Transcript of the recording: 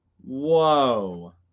Whoa